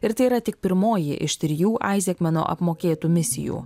ir tai yra tik pirmoji iš trijų aisekmeno apmokėtų misijų